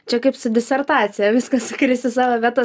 čia kaip su disertacija viskas sukris į savo vietas